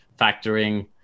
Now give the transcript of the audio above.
factoring